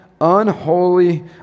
unholy